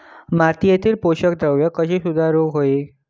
मातीयेतली पोषकद्रव्या कशी सुधारुक होई?